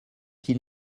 qu’il